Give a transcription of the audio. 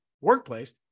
workplace